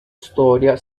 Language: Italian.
storia